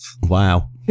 wow